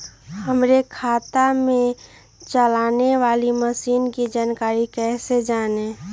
हमारे खेत में चलाने वाली मशीन की जानकारी कैसे जाने?